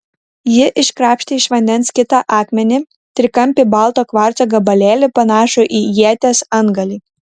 ji iškrapštė iš vandens kitą akmenį trikampį balto kvarco gabalėlį panašų į ieties antgalį